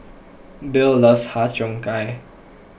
Bill loves Har Cheong Gai